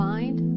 Find